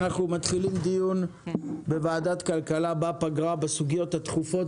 אנחנו מתחילים דיון בוועדת הכלכלה בפגרה בסוגיות הדחופות